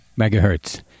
megahertz